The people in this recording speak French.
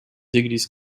églises